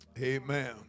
Amen